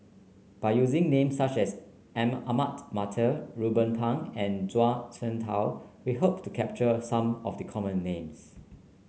by using names such as Ahmad Mattar Ruben Pang and Zhuang Shengtao we hope to capture some of the common names